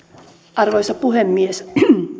arvoisa puhemies